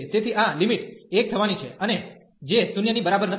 તેથી આ લિમિટ 1 થવાની છે અને જે 0 ની બરાબર નથી